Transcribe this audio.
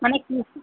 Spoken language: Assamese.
মানে কি